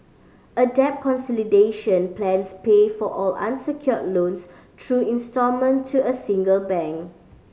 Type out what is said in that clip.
a debt consolidation plans pay for all unsecured loans through instalment to a single bank